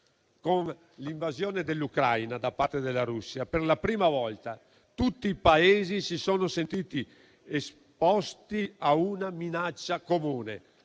Con l'invasione dell'Ucraina da parte della Russia, per la prima volta tutti i Paesi si sono sentiti esposti a una minaccia comune: